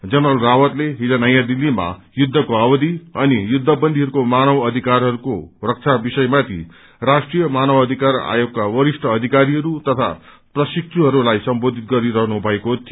general रावतले हिज नयाँ दिल्लीमा युद्धको अवधि अनि युद्धबन्दीहरूको मानव अधिकारहरूको रक्षा विषयमाथि राष्ट्रिय मानवाधिकार आयोगका विरष्ठ अधिकारीहरू तथा प्रशिक्षुहस्लाई सम्बोधित गरिरहनु भएको थियो